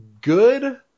good